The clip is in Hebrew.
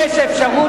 אפשרות,